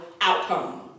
outcome